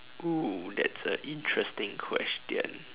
!woo! that's a interesting question